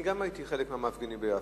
אני גם הייתי חלק מהמפגינים ביפו.